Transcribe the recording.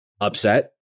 upset